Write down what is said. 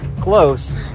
Close